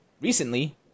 recently